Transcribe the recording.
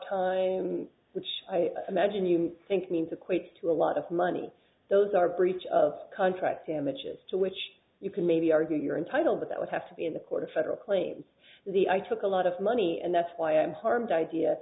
in which i imagine you think means equates to a lot of money those are breach of contract damages to which you can maybe argue you're entitled but that would have to be in the court of federal claims the i took a lot of money and that's why i'm harmed idea